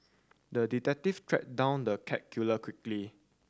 the detective tracked down the cat killer quickly